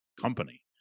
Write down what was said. company